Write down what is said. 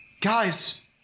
Guys